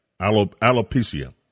Alopecia